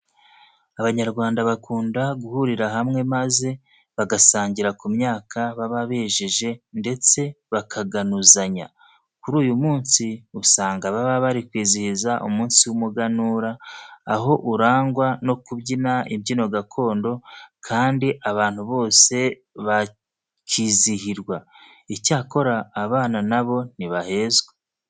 Abanyarwanda bakunda guhurira hamwe maze bagasangira ku myaka baba bejeje ndetse bakaganuzanya. Kuri uyu munsi, usanga baba bari kwizihiza umunsi w'umuganura, aho urangwa no kubyina imbyino gakondo kandi abantu bose bakizihirwa. Icyakora abana na bo ntibahezwa.